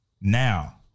now